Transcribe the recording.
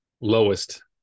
lowest